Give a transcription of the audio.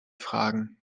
fragen